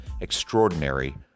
extraordinary